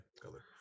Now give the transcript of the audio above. color